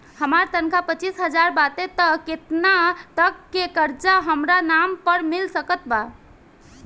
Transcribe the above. हमार तनख़ाह पच्चिस हज़ार बाटे त केतना तक के कर्जा हमरा नाम पर मिल सकत बा?